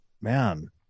man